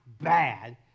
bad